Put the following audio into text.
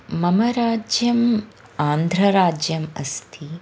मम राज्यम् आन्ध्रराज्यम् अस्ति